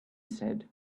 said